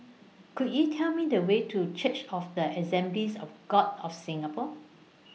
Could YOU Tell Me The Way to Church of The Assemblies of God of Singapore